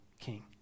king